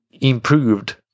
improved